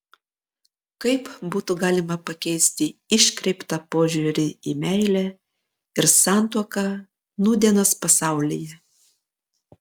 kaip būtų galima pakeisti iškreiptą požiūrį į meilę ir santuoką nūdienos pasaulyje